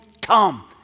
come